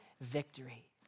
victory